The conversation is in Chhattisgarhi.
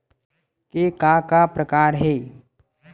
के का का प्रकार हे?